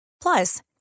Plus